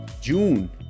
June